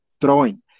throwing